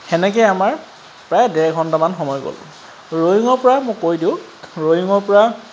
সেনেকৈ আমাৰ প্ৰায় ডেৰ ঘণ্টামান সময় গ'ল ৰয়িঙৰপৰা মই কৈ দিওঁ ৰয়িঙৰপৰা